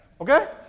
Okay